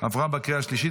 עברה בקריאה השלישית,